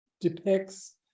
depicts